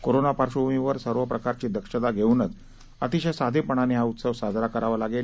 corona पार्श्वभूमीवर सर्व प्रकारची दक्षता घेऊनच अतिशय साधेपणाने हा उत्सव साजरा करावा लागेल